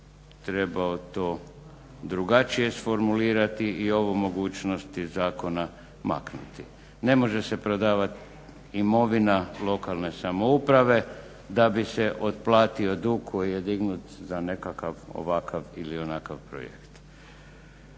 trebao to drugačije isformulirati i ovu mogućnost iz zakona maknuti. Ne može se prodavati imovina lokalne samouprave da bi se otplatio dug koji je dignut za nekakav ovakav ili onakav projekt.